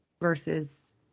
versus